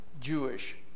Jewish